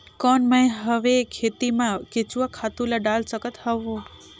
कौन मैं हवे खेती मा केचुआ खातु ला डाल सकत हवो?